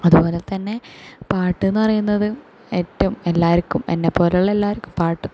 അതുപോലെ തന്നെ പാട്ട് എന്ന് പറയുന്നത് എറ്റവും എല്ലാവർക്കും എന്നെ പോലുള്ള എല്ലാവർക്കും പാട്ട്